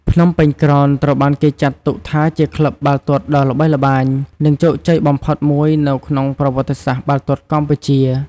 ភ្នំពេញក្រោនត្រូវបានគេចាត់ទុកថាជាក្លឹបបាល់ទាត់ដ៏ល្បីល្បាញ និងជោគជ័យបំផុតមួយនៅក្នុងប្រវត្តិសាស្ត្របាល់ទាត់កម្ពុជា។